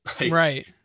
Right